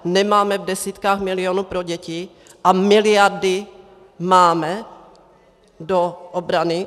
Nemáme v desítkách milionů pro děti a miliardy máme do obrany?